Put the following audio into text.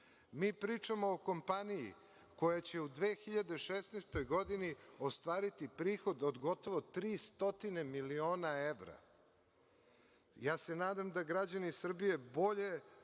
Pričamo o kompaniji koja će u 2016. godini ostvariti prihod od govoto 300 miliona evra. Nadam se da građani Srbije bolje